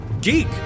geek